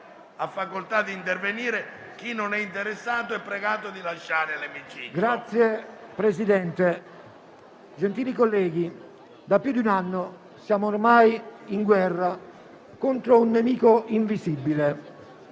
Signor Presidente, gentili colleghi, da più di un anno siamo ormai in guerra contro un nemico invisibile,